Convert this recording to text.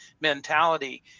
mentality